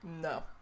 No